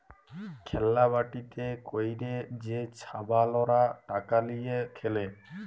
খেল্লা বাটিতে ক্যইরে যে ছাবালরা টাকা লিঁয়ে খেলে